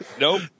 Nope